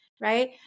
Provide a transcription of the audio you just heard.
right